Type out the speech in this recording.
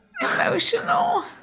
emotional